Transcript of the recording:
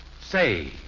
say